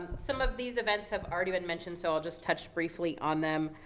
some of these events have already been mentioned, so i'll just touch briefly on them.